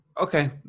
Okay